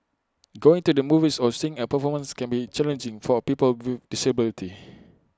going to the movies or seeing A performance can be challenging for people with disabilities